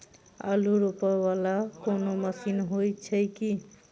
आलु रोपा वला कोनो मशीन हो छैय की?